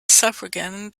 suffragan